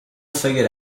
figured